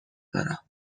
دارم